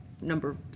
number